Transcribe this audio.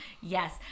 Yes